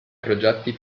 progetti